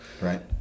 Right